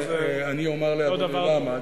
למה זה לא דבר --- אני אומר לאדוני למה.